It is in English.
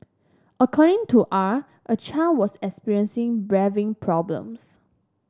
according to R a child was experiencing breathing problems